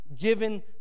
given